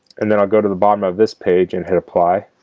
and then i'll go to the bottom of this page and hit apply